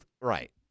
right